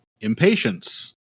impatience